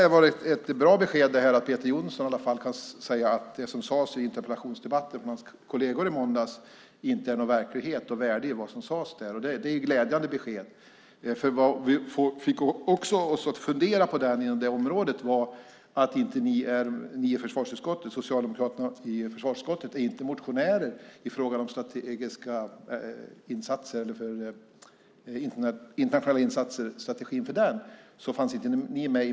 Det var ett bra besked att Peter Jonsson i alla fall kan säga att det som sades i interpellationsdebatten av hans kolleger i måndags inte är någon verklighet och att det inte är något värde i det. Det är ett glädjande besked. Vad som fick oss att fundera var att socialdemokraterna i försvarsutskottet inte fanns med på motionen i fråga om strategin för internationella insatser.